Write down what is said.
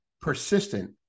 persistent